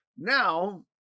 Now